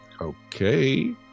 Okay